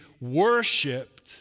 worshipped